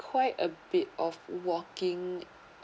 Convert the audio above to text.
quite a bit of walking